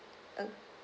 uh